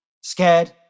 scared